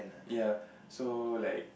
ya so like